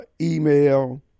email